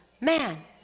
man